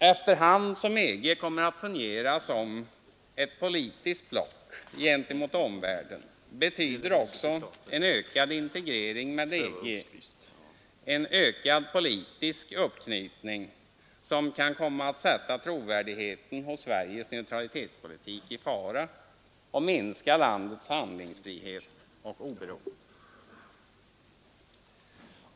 Efter hand som EG kommer att fungera som ett politiskt block gentemot omvärlden betyder också en ökad integrering med EG en ökad politisk uppknytning som kan komma att sätta trovärdigheten hos Sveriges neutralitetspolitik i fara och minska landets handlingsfrihet och oberoende.